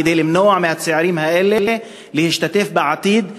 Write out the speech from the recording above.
כדי למנוע מהצעירים האלה להשתתף בעתיד בהפגנות.